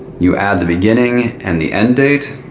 you add the beginning and the end date.